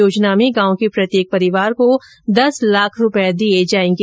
योजना में गांव के प्रत्येक परिवार को दस लाख रूपये दिये जायेंगे